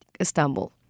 Istanbul